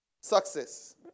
Success